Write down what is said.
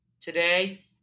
today